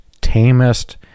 tamest